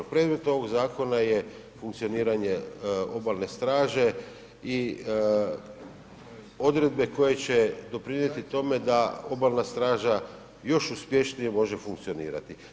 Predmet ovog zakona je funkcioniranje obalne straže i odredbe koja će doprinijeti tome da Obalna straža još uspješnije može funkcionirati.